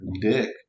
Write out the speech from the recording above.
dick